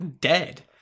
dead